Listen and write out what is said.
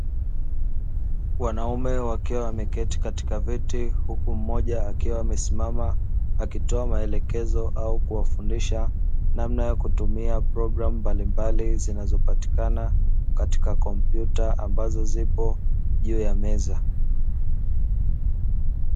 Wanaume wakiwa wameketi katika viti huku mmoja akiwa amesimama, akitoa maelekezo au kuwafundisha namna ya kutumia programu mbalimbali zinazo patikana katika kompyuta ambazo zipo juu ya meza.